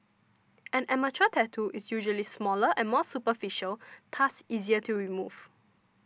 an amateur tattoo is usually smaller and more superficial thus easier to remove